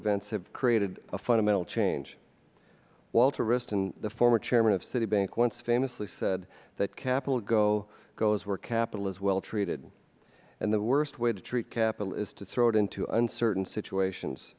events have created a fundamental change walter wristen the former chairman of citibank once famously said that capital goes where capital is well treated and the worst way to treat capital is to throw it into uncertain situations